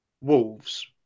Wolves